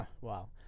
Wow